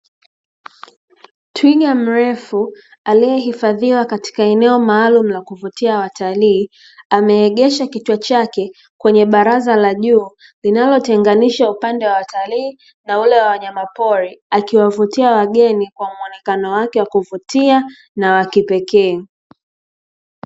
Twiga mrefu aliyehifadhiwa katika eneo maalumu la kuvutia watalii, ameegesha kichwa chake kwenye baraza la juu linalotenganisha upande wa watalii na ule wa wanyama pori, akiwavutia wageni kwa mwonekano wake wa kuvutia na wa kipekee.